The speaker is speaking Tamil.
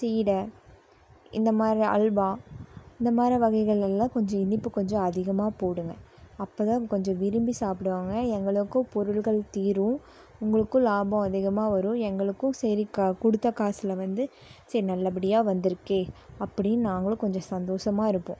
சீடை இந்த மாரி அல்வா இந்த மாரி வகைகள் எல்லாம் கொஞ்சம் இனிப்பு கொஞ்சம் அதிகமாக போடுங்கள் அப்போ தான் கொஞ்சம் விரும்பி சாப்பிடுவாங்க எங்களுக்கும் பொருள்கள் தீரும் உங்களுக்கும் லாபம் அதிகமாக வரும் எங்களுக்கும் சரி க கொடுத்த காஸில் வந்து சேர் நல்லபடியாக வந்துருக்கே அப்படின் நாங்களும் கொஞ்சம் சந்தோஷமா இருப்போம்